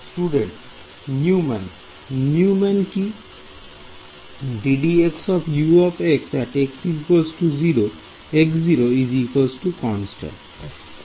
Student Newman Newman কি